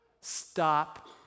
Stop